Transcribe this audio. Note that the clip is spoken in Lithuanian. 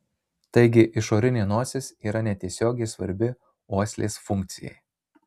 taigi išorinė nosis yra netiesiogiai svarbi uoslės funkcijai